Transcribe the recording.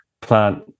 plant